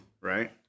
Right